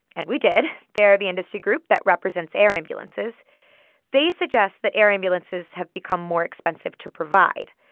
and we did they're the industry group that represents air ambulances they suggest that air ambulances have become more expensive to provide.